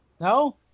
No